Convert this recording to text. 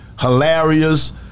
Hilarious